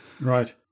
Right